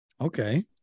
Okay